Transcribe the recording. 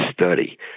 study